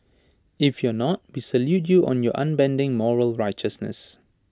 if you're not we salute you on your unbending moral righteousness